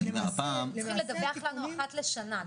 צריכים לדווח לנו אחת לשנה.